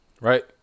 Right